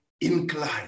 incline